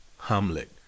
Hamlet